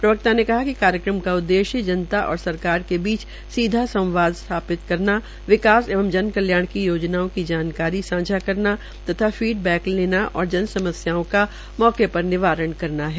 प्रवक्ता ने कहा कि कार्यक्रम का उद्देश्य जनता और सरकार के बीच सीधा संवाद स्थापित करना विकास एवं जन कल्याण की योजनाओ की जानकारी सांझा करना तथा फीड बैक लेना और जन समस्याओं का मौके पर निवारण करना है